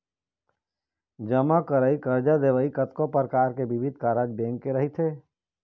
जमा करई, करजा देवई, कतको परकार के बिबिध कारज बेंक के रहिथे